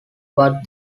but